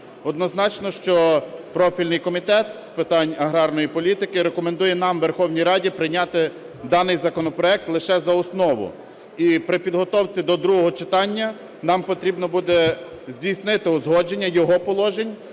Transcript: Однозначно, що профільний Комітет з питань аграрної політики рекомендує нам, Верховній Раді, прийняти даний законопроект лише за основу. І при підготовці до другого читання нам потрібно буде здійснити узгодження його положень